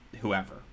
whoever